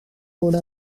கூட